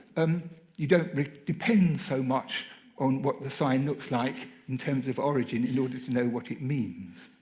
um you don't depend so much on what the sign looks like, in terms of origin, in order to know what it means.